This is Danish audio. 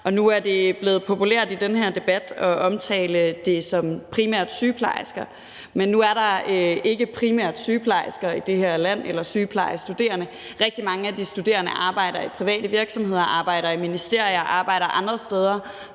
Nu er det blevet populært i den her debat at omtale det som primært sygeplejersker, men nu er der ikke primært sygeplejersker eller sygeplejestuderende i det her land. Rigtig mange af de studerende arbejder i private virksomheder, arbejder i ministerier og arbejder andre steder,